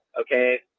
okay